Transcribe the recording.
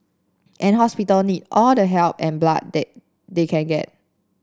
and hospital need all the help and blood they they can get